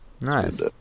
nice